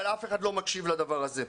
אבל אף אחד לא מקשיב לנו לדבר הזה.